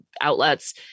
outlets